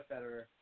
Federer